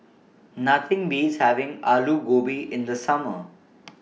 Nothing Beats having Alu Gobi in The Summer